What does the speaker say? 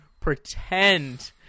pretend